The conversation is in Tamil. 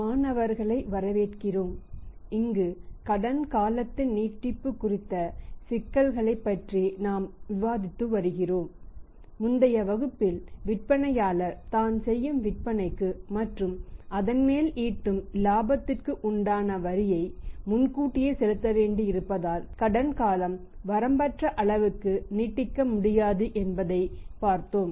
மாணவர்களை வரவேற்கிறோம் இங்கு கடன் காலத்தின் நீட்டிப்பு குறித்த சிக்கலைப் பற்றி நாம் விவாதித்து வருகிறோம் முந்தைய வகுப்பில் விற்பனையாளர் தான் செய்யும் விற்பனைக்கு மற்றும் அதன்மேல் ஈட்டும் இலாபத்திற்கு உண்டான வரியை முன்கூட்டியே செலுத்த வேண்டியிருப்பதால் கடன் காலம் வரம்பற்ற அளவுக்கு நீட்டிக்க முடியாது என்பதைப் பார்த்தோம்